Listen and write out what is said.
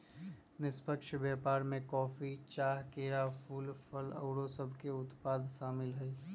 निष्पक्ष व्यापार में कॉफी, चाह, केरा, फूल, फल आउरो सभके उत्पाद सामिल हइ